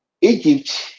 Egypt